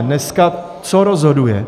Dneska co rozhoduje?